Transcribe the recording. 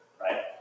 right